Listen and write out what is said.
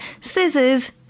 scissors